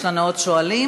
יש לנו עוד שואלים.